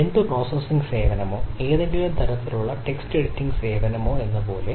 എന്ത് പ്രോസസ്സിംഗ് സേവനമോ ഏതെങ്കിലും തരത്തിലുള്ള ടെക്സ്റ്റ് എഡിറ്റിംഗ് സേവനമോ എന്നപ്പോലെ